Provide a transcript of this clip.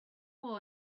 will